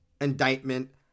indictment